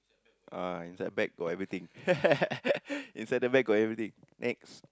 ah inside bag got everything inside the bag got everything next